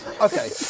Okay